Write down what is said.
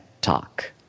Talk